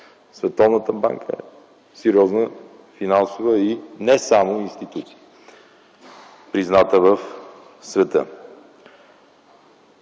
Световната банка е сериозна финансова и не само институция, призната в света.